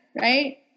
right